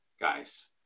guys